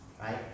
right